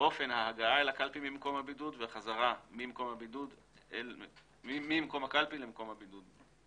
אופן ההגעה אל הקלפי ממקום הבידוד וחזרה ממקום הקלפי למקום הבידוד.